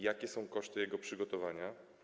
Jakie są koszty jego przygotowania?